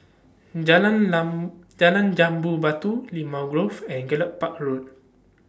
Jalan Lan Jambu Batu Limau Grove and Gallop Park Road